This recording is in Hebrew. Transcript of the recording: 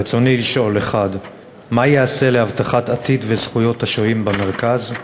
רצוני לשאול: 1. מה ייעשה להבטחת עתיד וזכויות השוהים במרכז?